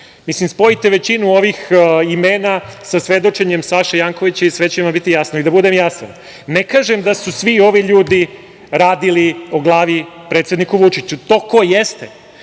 građana. Spojite većinu ovih imena sa svedočenjem Saše Jankovića i sve će vam biti jasno. Da budem jasan, ne kažem da su svi ovi ljudi radili o glavi predsedniku Vučiću. Ko jeste,